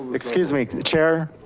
excuse me, chair.